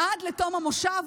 עד לתום המושב.